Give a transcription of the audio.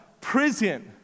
prison